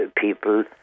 people